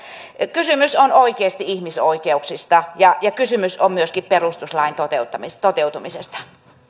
kysymys on oikeasti ihmisoikeuksista ja ja kysymys on myöskin perustuslain toteutumisesta